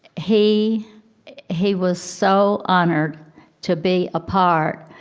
he he was so honored to be a part.